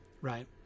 Right